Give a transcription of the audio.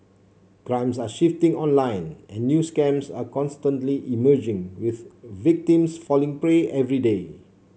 crimes are shifting online and new scams are constantly emerging with victims falling prey every day